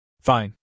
Fine